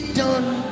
done